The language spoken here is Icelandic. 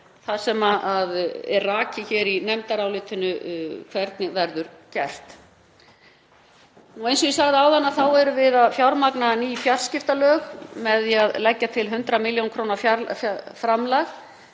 Það er rakið í nefndarálitinu hvernig það verður gert. Eins og ég sagði áðan erum við að fjármagna ný fjarskiptalög með því að leggja til 100 millj. kr. framlag,